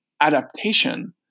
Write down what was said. adaptation